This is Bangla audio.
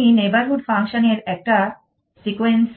আমি নেইবরহুড ফাংশন এর একটা সিকোয়েন্স